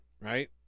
right